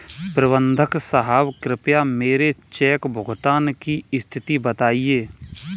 प्रबंधक साहब कृपया मेरे चेक भुगतान की स्थिति बताएं